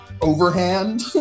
overhand